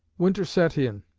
winter set in,